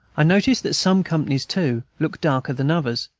i notice that some companies, too, look darker than others,